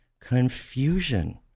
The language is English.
confusion